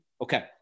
Okay